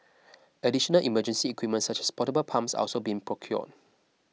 additional emergency equipment such as portable pumps are also being procured